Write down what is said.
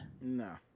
No